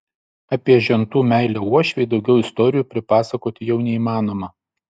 apie žentų meilę uošvei daugiau istorijų pripasakoti jau neįmanoma